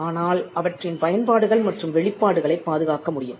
ஆனால் அவற்றின் பயன்பாடுகள் மற்றும் வெளிப்பாடுகளைப் பாதுகாக்க முடியும்